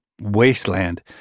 wasteland